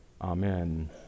Amen